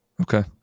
Okay